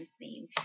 theme